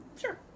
sure